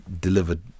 delivered